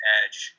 edge